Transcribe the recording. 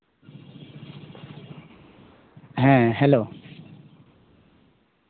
ᱦᱮᱸ ᱦᱮᱞᱳ